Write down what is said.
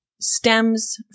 stems